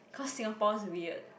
cause Singapore's weird